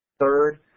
Third